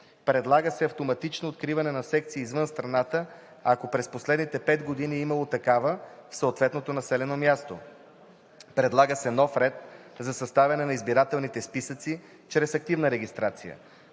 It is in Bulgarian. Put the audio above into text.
Предлага се автоматично откриване на секции извън страната, ако през последните 5 години е имало такива в съответното населено място. Предлага се нов ред за съставяне на избирателните списъци чрез активна регистрация.